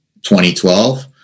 2012